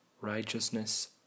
righteousness